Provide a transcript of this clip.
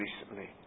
recently